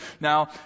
now